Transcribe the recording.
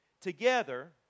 together